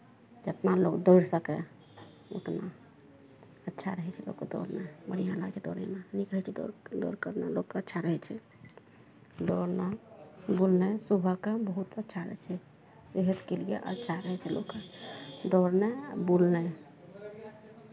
जितना लोक दौड़ि सकए उतना अच्छा रहै छै लोककेँ दौड़नाइ बढ़िआँ लागै छै दौड़ैमे नीक होइ छै दौड़ दौड़ करनाइ लोकके अच्छा रहै छै दौड़नाइ बुलनाइ सुबहकेँ बहुत अच्छा रहै छै सेहतके लिए अच्छा रहै छै लोककेँ दौड़नाइ आ बुलनाइ